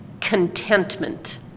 contentment